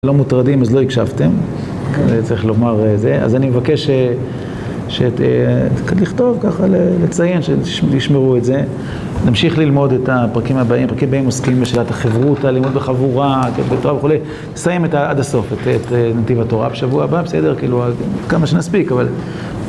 לא מוטרדים אז לא הקשבתם, צריך לומר זה. אז אני מבקש לכתוב ככה, לציין, שישמרו את זה. נמשיך ללמוד את הפרקים הבאים, הפרקים הבאים עוסקים בשאלת החברותא, לימוד בחבורה (?) וכו', נסיים עד הסוף את נתיב התורה בשבוע הבא. בסדר, כאילו, כמה שנספיק, אבל...